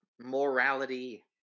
morality